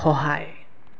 সহায়